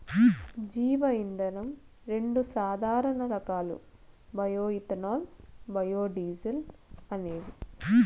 జీవ ఇంధనం రెండు సాధారణ రకాలు బయో ఇథనాల్, బయోడీజల్ అనేవి